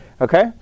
Okay